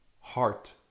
heart